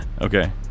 Okay